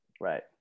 right